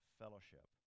fellowship